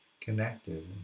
connected